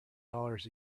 dollars